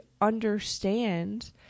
understand